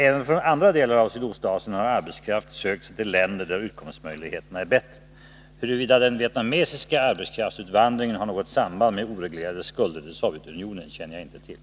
Även från andra delar av Sydostasien har arbetskraft sökt sig till länder där utkomstmöjligheterna är bättre. Huruvida den vietnamesiska arbetskraftsutvandringen har något samband med oreglerade skulder till Sovjetunionen känner jag inte till.